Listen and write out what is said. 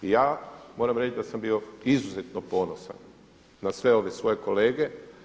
I ja moram reći da sam bio izuzetno ponosan na sve ove svoje kolege.